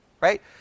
Right